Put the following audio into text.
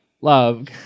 Love